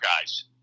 guys